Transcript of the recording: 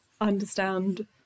understand